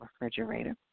refrigerator